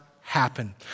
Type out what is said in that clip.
happen